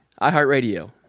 iHeartRadio